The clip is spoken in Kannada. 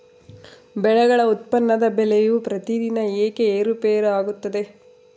ಬೆಳೆಗಳ ಉತ್ಪನ್ನದ ಬೆಲೆಯು ಪ್ರತಿದಿನ ಏಕೆ ಏರುಪೇರು ಆಗುತ್ತದೆ?